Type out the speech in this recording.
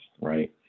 right